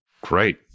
Great